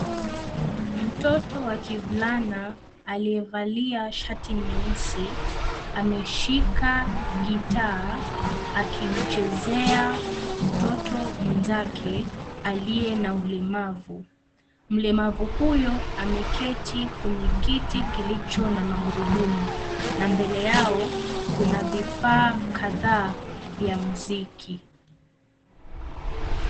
Mtoto wa kivlana aliyevalia shati nyeusi, ameshika gitaa akimchezea mtoto mwenzake aliye na ulemavu. Mlemavu huyo ameketi kwenye kiti kilicho na magurudumu, na mbele yao kuna vifaa kadhaa vya mziki.